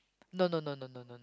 no no no no no no